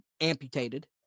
amputated